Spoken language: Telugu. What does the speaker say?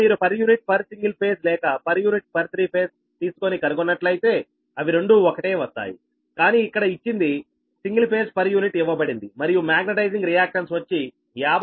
కనుక మీరు per unit per single phase లేక per unit per three phase తీసుకొని కనుగొన్నట్లయితే అవి రెండూ ఒకటే వస్తాయికానీ ఇక్కడ ఇచ్చింది సింగిల్ ఫేజ్ పర్ యూనిట్ ఇవ్వబడింది మరియు మాగ్నెటైజింగ్ రియాక్టన్స్ వచ్చి 50 p